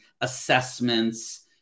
assessments